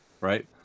Right